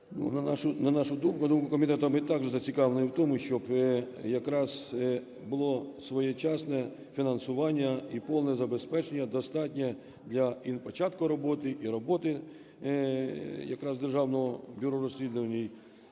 на нашу думку, на думку комітету, ми також зацікавлені в тому, щоб якраз було своєчасне фінансування і повне забезпечення, достатнє для і початку роботи, і роботи якраз Державного бюро розслідувань.